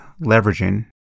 leveraging